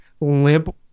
limp